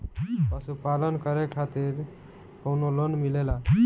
पशु पालन करे खातिर काउनो लोन मिलेला?